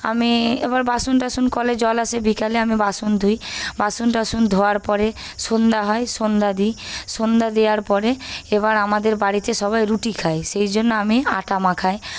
আমি এবার বাসন টাসন কলে জল আসে বিকেলে আমি বাসন ধুই বাসন টাসন ধোয়ার পরে সন্ধ্যা হয় সন্ধ্যা দিই সন্ধ্যা দেওয়ার পরে এবার আমাদের বাড়িতে সবাই রুটি খায় সেই জন্য আমি আটা মাখি